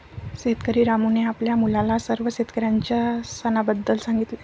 शेतकरी रामूने आपल्या मुलाला सर्व शेतकऱ्यांच्या सणाबद्दल सांगितले